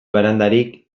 barandarik